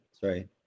Sorry